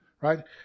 right